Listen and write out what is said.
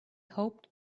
hoped